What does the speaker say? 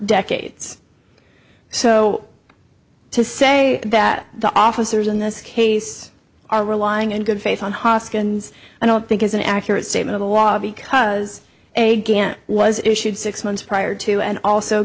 decades so to say that the officers in this case are relying in good faith on hoskins i don't think is an accurate statement of the law because a gang was issued six months prior to and also